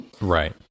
right